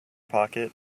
pocket